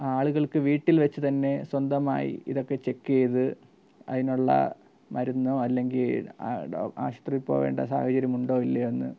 ആളുകൾക്കു വീട്ടിൽ വെച്ചു തന്നെ സ്വന്തമായി ഇതൊക്കെ ചെക്ക് ചെയ്ത് അതിനുള്ള മരുന്നോ അല്ലെങ്കിൽ ആ ഡോ ആശുപത്രിയിൽ പോകേണ്ട സാഹചര്യമുണ്ടോ ഇല്ലയോയെന്ന്